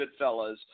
Goodfellas